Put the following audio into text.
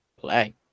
play